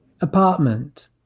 apartment